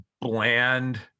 bland